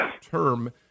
term